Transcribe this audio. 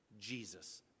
Jesus